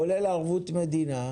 כולל ערבות מדינה,